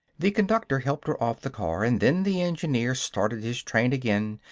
the conductor helped her off the car and then the engineer started his train again,